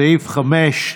סעיף 5,